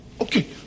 Okay